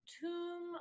tomb